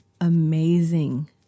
amazing